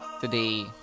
today